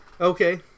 Okay